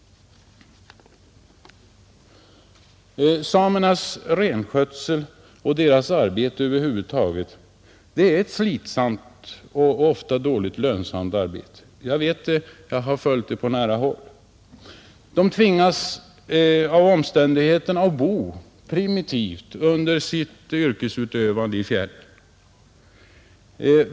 Samernas renskötsel — och deras arbete över huvud taget — är ett slitsamt och ofta dåligt lönsamt arbete. Jag vet det; jag har följt det på nära håll. De tvingas av omständigheterna att bo ytterst primitivt under sitt yrkesutövande i fjällen.